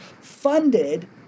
funded